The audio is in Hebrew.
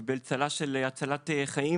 קיבל צל"ש על הצלת חיים